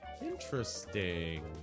Interesting